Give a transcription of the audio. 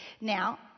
Now